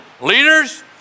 leaders